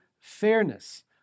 fairness